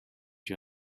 you